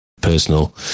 personal